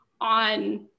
on